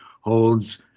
holds